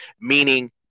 meaning